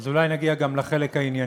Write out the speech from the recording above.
אז אולי נגיע גם לחלק הענייני.